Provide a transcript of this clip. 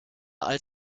alt